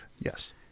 Yes